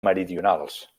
meridionals